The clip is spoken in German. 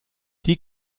die